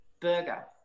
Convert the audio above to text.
Burger